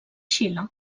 xile